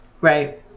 right